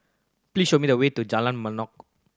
please show me the way to Jalan Mangnok